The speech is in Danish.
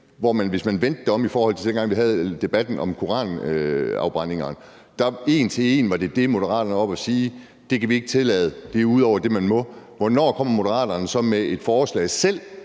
Hvis man vendte det om i forhold til dengang, da vi havde debatten om koranafbrændinger, var det en til en det, Moderaterne var oppe at sige, nemlig at det kan vi ikke tillade, og at det er ude over det, man må. Hvornår kommer Moderaterne så med forslag selv,